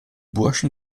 burschen